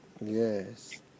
Yes